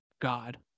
God